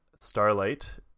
Starlight